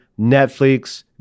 Netflix